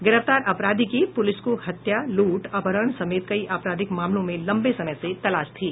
गिरफ्तार अपराधी की पुलिस को हत्या लूट अपहरण समेत कई आपराधिक मामलो में लंबे समय से तलाश थी